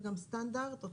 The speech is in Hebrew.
וגם